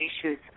issues